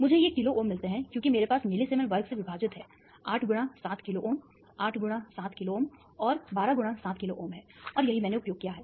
मुझे ये kilo ohm मिलते हैं क्योंकि मेरे पास मिलीसीमेन वर्ग से विभाजित है 8 गुणा 7 किलो ओम 8 गुणा 7 किलो ओम और 12 गुणा 7 किलो ओम है और यही मैंने उपयोग किया है